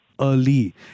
Early